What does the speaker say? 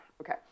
Okay